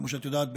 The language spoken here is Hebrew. כמו שאת יודעת,